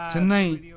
Tonight